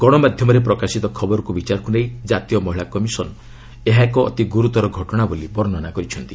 ଗଣମାଧ୍ୟମରେ ପ୍ରକାଶିତ ଖବରକୁ ବିଚାରକୁ ନେଇ ଜାତୀୟ ମହିଳା କମିଶନ୍ ଏହା ଏକ ଅତି ଗୁରୁତର ଘଟଣା ବୋଲି ବର୍ଷନା କରିଛନ୍ତି